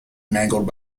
mangled